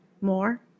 more